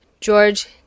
George